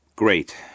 Great